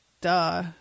duh